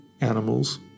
animals